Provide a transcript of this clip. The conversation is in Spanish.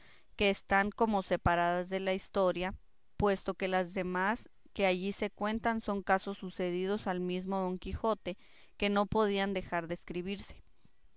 que están como separadas de la historia puesto que las demás que allí se cuentan son casos sucedidos al mismo don quijote que no podían dejar de escribirse